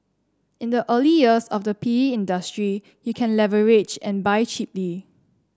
in the early years of the P E industry you can leverage and buy cheaply